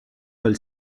pel